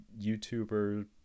YouTuber